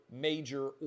major